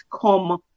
come